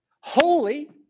Holy